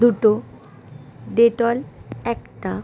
দুটো ডেটল একটা